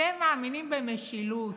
אתם מאמינים במשילות,